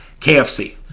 KFC